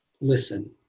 listen